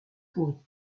pourris